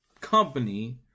company